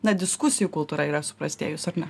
na diskusijų kultūra yra suprastėjus ar ne